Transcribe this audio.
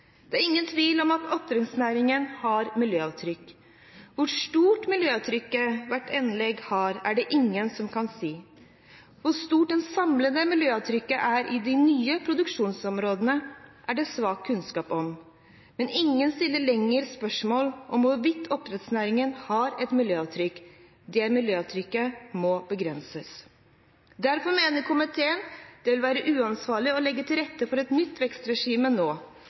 Det er ingen tvil om at oppdrettsnæringen har et miljøavtrykk. Hvor stort miljøavtrykk hvert anlegg har, er det ingen som kan si. Hvor stort det samlede miljøavtrykket er i de nye produksjonsområdene, er det svak kunnskap om, men ingen stiller lenger spørsmål om hvorvidt oppdrettsnæringen har et miljøavtrykk. Det miljøavtrykket må begrenses. Derfor mener komiteen det vil være uansvarlig å legge til rette for et nytt vekstregime nå.